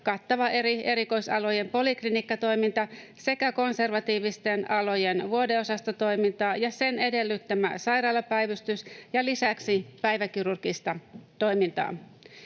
kattava eri erikoisalojen poliklinikkatoiminta sekä konservatiivisten alojen vuodeosastotoiminta ja sen edellyttämä sairaalapäivystys ja lisäksi päiväkirurgista toimintaa.